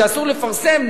שאסור לפרסם,